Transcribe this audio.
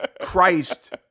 Christ